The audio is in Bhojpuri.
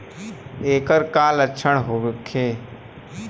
ऐकर का लक्षण होखे?